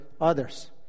others